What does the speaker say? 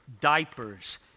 diapers